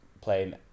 playing